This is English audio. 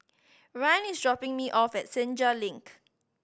ryne is dropping me off at Senja Link